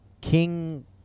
King